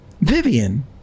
Vivian